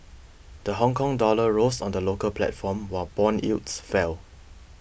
the Hongkong dollar rose on the local platform while bond yields fell